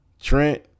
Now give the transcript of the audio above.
Trent